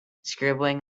scribbling